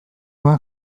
nuen